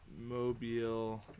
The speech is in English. Mobile